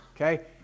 okay